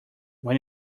when